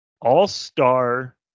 all-star